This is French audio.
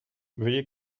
veuillez